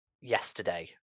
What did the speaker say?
yesterday